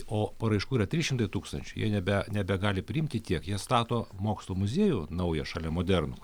o paraiškų yra trys šimtai tūkstančių jie nebe nebegali priimti tiek jie stato mokslo muziejų naują šalia modernų